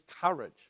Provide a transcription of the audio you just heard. courage